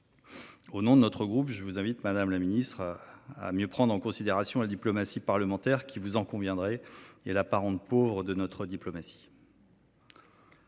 Au nom de notre groupe, je vous invite, madame la ministre, à mieux prendre en considération la diplomatie parlementaire, qui, vous en conviendrez, est la parente pauvre de notre diplomatie.